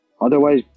Otherwise